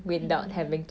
mmhmm